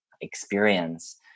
experience